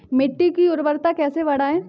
मिट्टी की उर्वरता कैसे बढ़ाएँ?